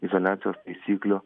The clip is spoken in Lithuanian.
izoliacijos taisyklių